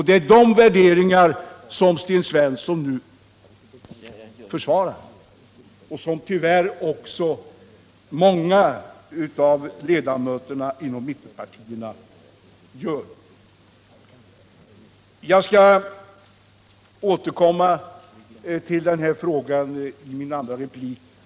Det är de värderingarna som Sten Svensson nu försvarar, något som tyvärr också många företrädare för mittenpartierna gör. Jag skall återkomma till denna fråga i nästa replik.